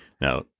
Now